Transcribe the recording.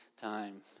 time